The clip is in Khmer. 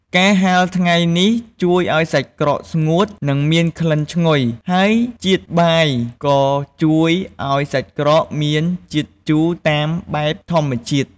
ការហាលថ្ងៃនេះ ជួយឱ្យសាច់ក្រកស្ងួត និងមានក្លិនឈ្ងុយ ហើយជាតិបាយក៏ជួយឱ្យសាច់ក្រកមានជាតិជូរតាមបែបធម្មជាតិ។